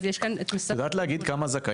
יש פה את משרד --- את יודעת להגיד לי כמה זכאים